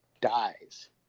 dies